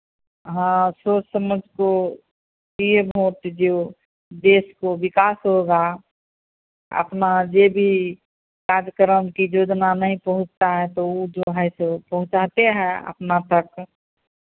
हाँ सोच समझ को दिए वोट जो ओ देश को विकास होगा आ अपना जो भी कार्यक्रम की योजना नहीं पहुँचता है तो वो जो है सो पहुँचाते हैं अपना तक